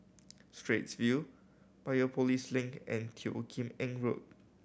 Straits View Biopolis Link and Teo Kim Eng Road